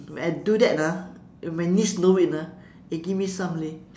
when I do that ah and my niece know it ah eh give me some leh